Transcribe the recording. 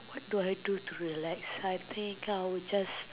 what do I do to relax I think I would just